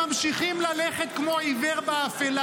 הם לא מבינים, הם ממשיכים ללכת כמו עיוור באפלה.